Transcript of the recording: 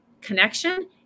connection